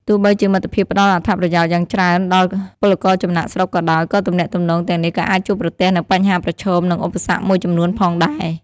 ទោះបីជាមិត្តភាពផ្ដល់អត្ថប្រយោជន៍យ៉ាងច្រើនដល់ពលករចំណាកស្រុកក៏ដោយ ក៏ទំនាក់ទំនងទាំងនេះក៏អាចជួបប្រទះនូវបញ្ហាប្រឈម និងឧបសគ្គមួយចំនួនផងដែរ ។